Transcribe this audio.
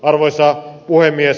arvoisa puhemies